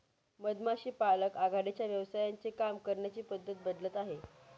मधमाशी पालक आघाडीच्या व्यवसायांचे काम करण्याची पद्धत बदलत आहे